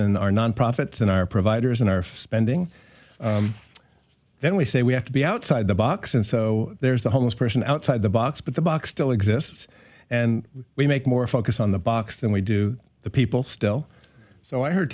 our non profits and our providers and our spending then we say we have to be outside the box and so there's the homeless person outside the box but the box still exists and we make more focus on the box than we do the people still so i heard